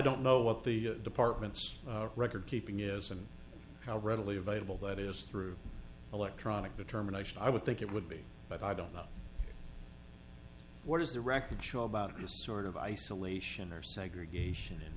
don't know what the department's record keeping is and how readily available that is through electronic determination i would think it would be but i don't know what is the record show about a sort of isolation or segregation